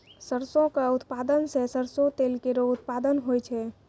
सरसों क उत्पादन सें सरसों तेल केरो उत्पादन होय छै